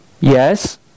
Yes